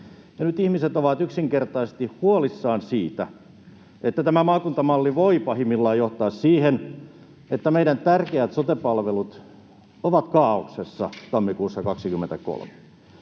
nyt ihmiset ovat yksinkertaisesti huolissaan siitä, että tämä maakuntamalli voi pahimmillaan johtaa siihen, että meidän tärkeät sote-palvelut ovat kaaoksessa tammikuussa 2023.